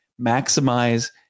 maximize